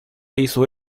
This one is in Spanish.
hizo